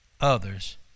others